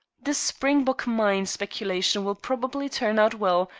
this springbok mine speculation will probably turn out well,